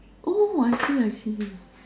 oh I see I see